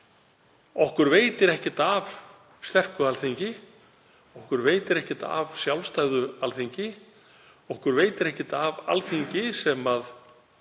okkur veitir ekkert af sterku Alþingi. Okkur veitir ekkert af sjálfstæðu Alþingi. Okkur veitir ekkert af Alþingi sem